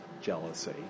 jealousy